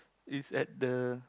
it's at the